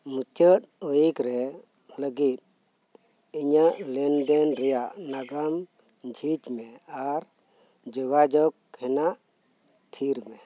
ᱢᱩᱪᱟᱹᱫ ᱩᱭᱤᱠ ᱨᱮ ᱞᱟᱹᱜᱤᱫ ᱤᱧᱟᱹᱜ ᱞᱮᱱᱫᱮᱱ ᱨᱮᱭᱟᱜ ᱱᱟᱜᱟᱢ ᱡᱷᱤᱡᱽᱢᱮ ᱟᱨ ᱡᱳᱜᱟᱡᱳᱜᱽ ᱦᱮᱱᱟᱜ ᱛᱷᱤᱨ ᱢᱮ